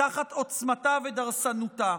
תחת עוצמתה ודורסנותה.